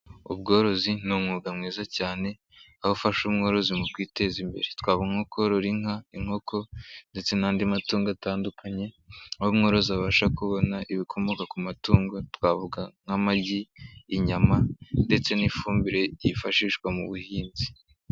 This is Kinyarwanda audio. Ubworozi ni umwuga mwiza cyane aho ufasha umworozi mu kwiteza imbere, twavuga nko korora inka, inkoko ndetse n'andi matungo atandukanye aho umworozi abasha kubona ibikomoka ku matungo twavuga nk'amagi, inyama ndetse n'ifumbire yifashishwa mu buhinzi.